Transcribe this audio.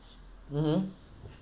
mmhmm